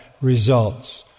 results